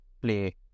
play